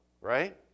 right